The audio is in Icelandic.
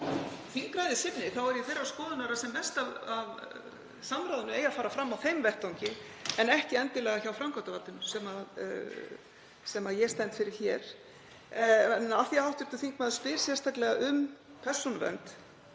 þingræðissinni er ég þeirrar skoðunar að sem mest af samráðinu eigi að fara fram á þeim vettvangi en ekki endilega hjá framkvæmdarvaldinu, sem ég stend fyrir hér. En af því að hv. þingmaður spyr sérstaklega um Persónuvernd,